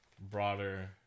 broader